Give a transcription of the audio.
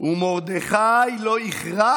ומרדכי לא יכרע